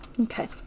okay